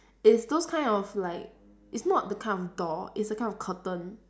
is those kind of like it's not the kind of door it's the kind of curtain